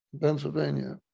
Pennsylvania